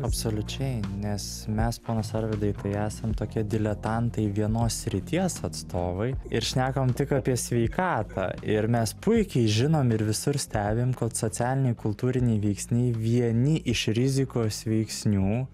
absoliučiai nes mes ponas arvydai tai esam tokie diletantai vienos srities atstovai ir šnekam tik apie sveikatą ir mes puikiai žinom ir visur stebim kad socialiniai kultūriniai veiksniai vieni iš rizikos veiksnių